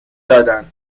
دادن